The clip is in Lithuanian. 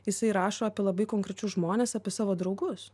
jisai rašo apie labai konkrečius žmones apie savo draugus